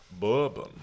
Bourbon